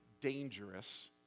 dangerous